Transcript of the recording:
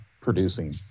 producing